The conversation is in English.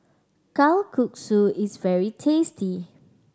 kalguksu is very tasty